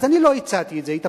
אז אני לא הצעתי את זה, התאפקתי.